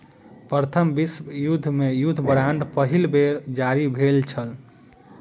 प्रथम विश्व युद्ध मे युद्ध बांड पहिल बेर जारी भेल छल